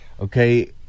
Okay